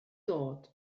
dod